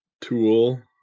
tool